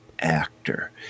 actor